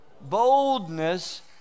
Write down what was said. boldness